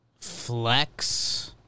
flex